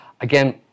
Again